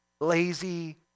lazy